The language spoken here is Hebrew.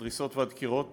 הדריסות והדקירות